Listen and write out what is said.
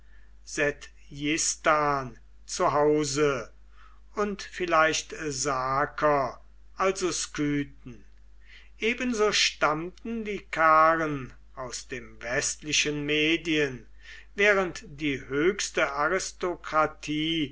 zu hause und vielleicht saker also skythen ebenso stammten die karn aus dem westlichen medien während die höchste aristokratie